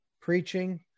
preaching